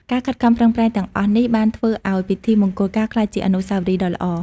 ការខិតខំប្រឹងប្រែងទាំងអស់នេះបានធ្វើឱ្យពិធីមង្គលការក្លាយជាអនុស្សាវរីយ៍ដ៏ល្អ។